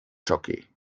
jockey